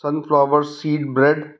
sunflower seed bread